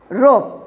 rope